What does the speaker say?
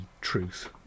truth